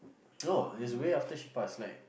no it's way after she pass like